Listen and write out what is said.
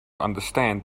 understand